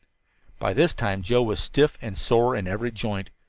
by this time joe was stiff and sore in every joint.